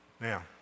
Now